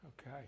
okay